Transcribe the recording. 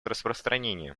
распространением